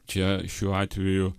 čia šiuo atveju